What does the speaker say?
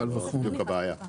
קל וחומר.